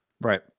Right